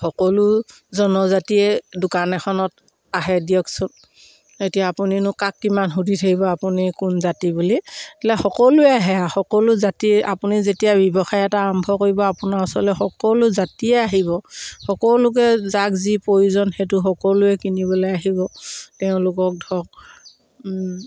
সকলো জনজাতিয়ে দোকান এখনত আহে দিয়কচোন এতিয়া আপুনিনো কাক কিমান সুধি থাকিব আপুনি কোন জাতিৰ বুলি সকলোৱে আহে সকলো জাতি আপুনি যেতিয়া ব্যৱসায় এটা আৰম্ভ কৰিব আপোনাৰ ওচৰলে সকলো জাতিয়ে আহিব সকলোকে যাক যি প্ৰয়োজন সেইটো সকলোৱে কিনিবলে আহিব তেওঁলোকক ধৰক